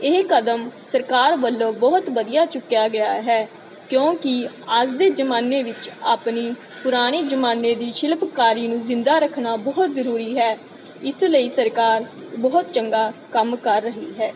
ਇਹ ਕਦਮ ਸਰਕਾਰ ਵੱਲੋਂ ਬਹੁਤ ਵਧੀਆ ਚੁੱਕਿਆ ਗਿਆ ਹੈ ਕਿਉਂਕਿ ਅੱਜ ਦੇ ਜ਼ਮਾਨੇ ਵਿੱਚ ਆਪਣੀ ਪੁਰਾਣੇ ਜ਼ਮਾਨੇ ਦੀ ਸ਼ਿਲਪਕਾਰੀ ਨੂੰ ਜ਼ਿੰਦਾ ਰੱਖਣਾ ਬਹੁਤ ਜ਼ਰੂਰੀ ਹੈ ਇਸ ਲਈ ਸਰਕਾਰ ਬਹੁਤ ਚੰਗਾ ਕੰਮ ਕਰ ਰਹੀ ਹੈ